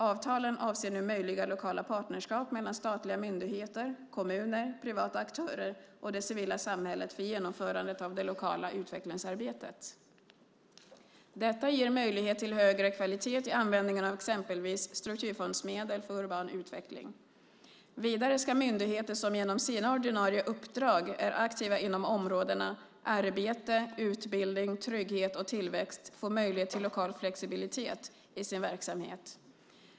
Avtalen avser nu att möjliggöra lokala partnerskap mellan statliga myndigheter, kommuner, privata aktörer och det civila samhället för genomförandet av det lokala utvecklingsarbetet. Detta ger möjlighet till högre kvalitet i användningen av exempelvis strukturfondsmedel för urban utveckling. Vidare ska myndigheter som genom sina ordinarie uppdrag är aktiva inom områdena arbete, utbildning, trygghet och tillväxt få möjlighet till lokal flexibilitet i sin verksamhet.